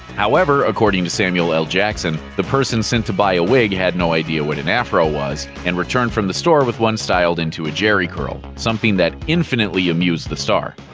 however, according to samuel l. jackson, the person sent to buy a wig had no idea what an afro was, and returned from the store with one styled into a jheri curl something that infinitely amused the star.